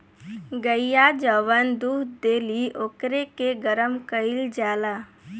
गइया जवन दूध देली ओकरे के गरम कईल जाला